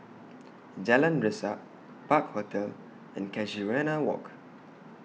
Jalan Resak Park Hotel and Casuarina Walk